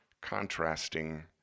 Contrasting